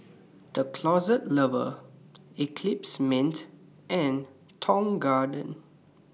The Closet Lover Eclipse Mints and Tong Garden